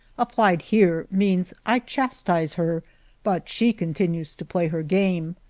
applied here, means i chastise her but she continues to play her game.